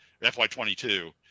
fy22